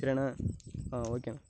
சரியாண்ணே ஆ ஓகேண்ணே